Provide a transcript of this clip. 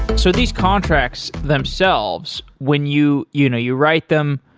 so these contracts themselves, when you you know you write them,